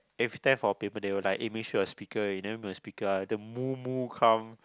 if there for a paper they will like eh make sure mute your speaker if never mute your speaker later come